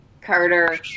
Carter